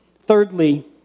Thirdly